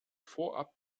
vorab